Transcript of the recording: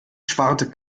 schwarte